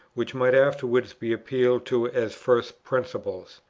which might afterwards be appealed to as first principles.